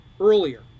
earlier